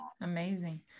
Amazing